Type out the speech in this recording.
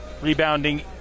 rebounding